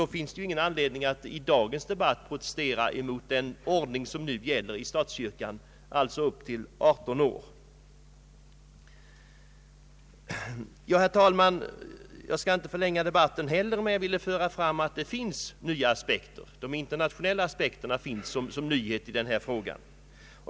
Det finns ingen anledning att i dagens debatt protestera mot den ordning som nu gäller i statskyrkan, alltså för personer upp till 18 år. Herr talman! Jag skall inte förlänga debatten, men jag har velat betona att det finns nya aspekter, nämligen de internationella aspekterna i denna fråga.